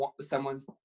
someone's